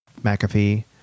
McAfee